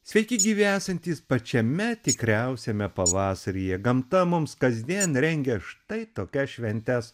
sveiki gyvi esantys pačiame tikriausiame pavasaryje gamta mums kasdien rengia štai tokias šventes